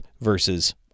versus